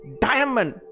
diamond